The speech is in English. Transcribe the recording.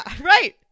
Right